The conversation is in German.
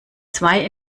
zwei